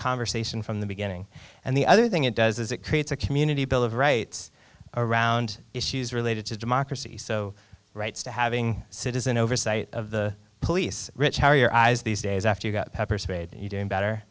conversation from the beginning and the other thing it does is it creates a community bill of rights around issues related to democracy so rights to having citizen oversight of the police rich how your eyes these days after you got pepper sprayed you doing better